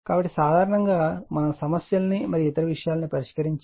కాబట్టి సాధారణంగా మనం సమస్యలను మరియు ఇతర విషయాలను పరిష్కరించాము